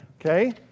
okay